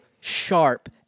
sharp